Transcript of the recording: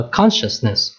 consciousness